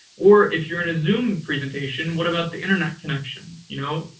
or if you're in a zoom presentation, what about the internet connection, you know?